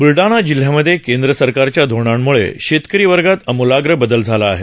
ब्लडाणा जिल्ह्यामध्ये केंद्र सरकारच्या धोरणांम्ळे शेतकरी वर्गात अमुलाग्र बदल झाला आहे